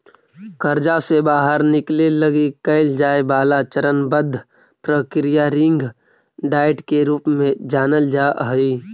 कर्जा से बाहर निकले लगी कैल जाए वाला चरणबद्ध प्रक्रिया रिंग डाइट के रूप में जानल जा हई